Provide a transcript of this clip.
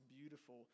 beautiful